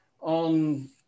On